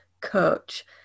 Coach